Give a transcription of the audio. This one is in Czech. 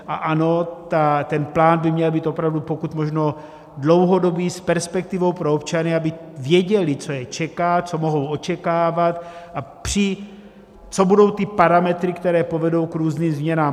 A ano, ten plán by měl být opravdu pokud možno dlouhodobý, s perspektivou pro občany, aby věděli, co je čeká, co mohou očekávat a co budou ty parametry, které povedou k různým změnám.